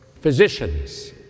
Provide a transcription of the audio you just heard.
physicians